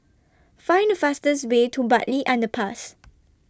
Find The fastest Way to Bartley Underpass